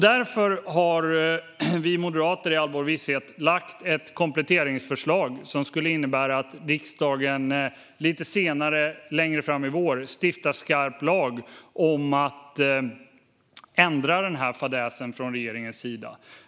Därför har vi moderater i all vår vishet lagt fram ett kompletteringsförslag som skulle innebära att riksdagen längre fram i vår stiftar skarp lag om att ändra denna fadäs från regeringens sida.